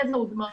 יזע ודמעות.